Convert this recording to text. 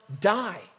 die